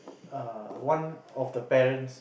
err one of the parents